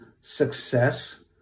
success